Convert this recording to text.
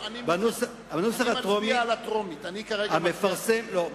אני מצביע על הטרומית, אני כרגע מצביע, לא,